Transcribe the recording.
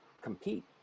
compete